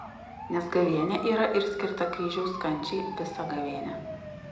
nes gavėnia yra ir skirta kryžiaus kančiai visa gavėnia